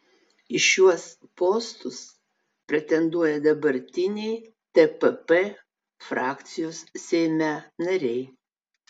į šiuos postus pretenduoja dabartiniai tpp frakcijos seime nariai